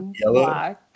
yellow